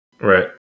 Right